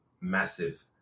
massive